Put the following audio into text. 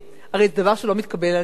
הרי זה דבר שלא מתקבל על הדעת.